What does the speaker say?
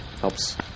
helps